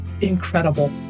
incredible